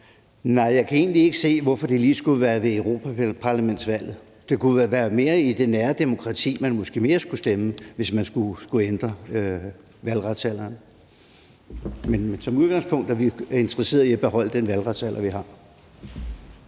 Nej, jeg kan egentlig ikke se, hvorfor det lige skulle være ved europaparlamentsvalget. Det kunne mere være i det nære demokrati, man skulle stemme – hvis man skulle ændre valgretsalderen. Men som udgangspunkt er vi interesseret i at beholde den valgretsalder, vi har.